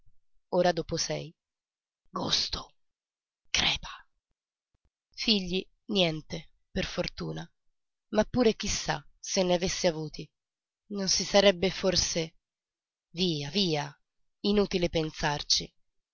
ora dopo sei gosto crepa figli niente per fortuna ma pure chi sa se ne avesse avuti non si sarebbe forse via via inutile pensarci